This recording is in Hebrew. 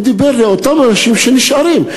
הוא דיבר אל אותם אנשים שנשארים.